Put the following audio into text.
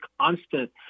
constant